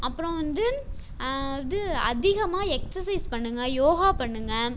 அப்புறம் வந்து இது அதிகமாக எக்ஸசைஸ் பண்ணுங்கள் யோகா பண்ணுங்கள்